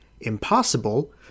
Impossible